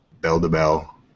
bell-to-bell